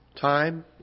Time